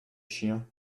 chiens